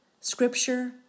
scripture